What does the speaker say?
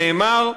נאמר: